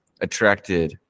attracted